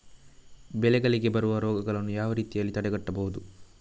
ಬೆಳೆಗಳಿಗೆ ಬರುವ ರೋಗಗಳನ್ನು ಯಾವ ರೀತಿಯಲ್ಲಿ ತಡೆಗಟ್ಟಬಹುದು?